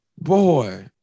Boy